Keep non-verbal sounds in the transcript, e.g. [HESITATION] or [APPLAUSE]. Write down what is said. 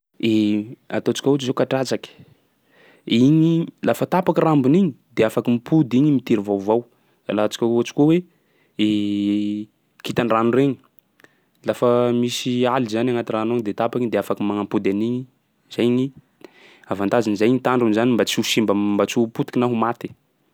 I ataontsika ohatsy zao katsatsaky. Igny, lafa tapaka rambony igny, de afaky mipody igny mitiry vaovao. Alantsika ohatsy koa hoe [HESITATION] kintan-drano regny, lafa misy aly zany agnaty rano agny de tapaka igny de afaky magnapody an'igny. Zay gny avantageny, zay gny tandrony zany mba tsy ho simba, mba tsy ho potiky na ho maty.